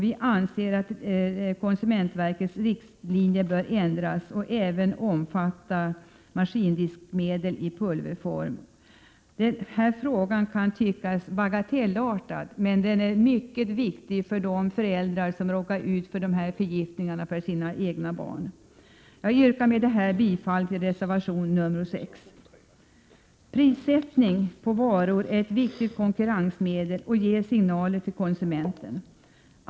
Vi anser att konsumentverkets riktlinjer bör ändras och även omfatta maskindiskmedel i pulverform. Denna fråga kan tyckas vara bagatellartad, men den är mycket viktig för de föräldrar vilkas barn råkat ut för förgiftningar. Jag yrkar bifall till reservation 6. Prissättningen på varor är ett viktigt konkurrensmedel och ger signaler till konsumenten.